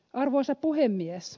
arvoisa puhemies